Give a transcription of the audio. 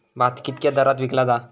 भात कित्क्या दरात विकला जा?